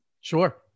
Sure